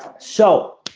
so